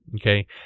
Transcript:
okay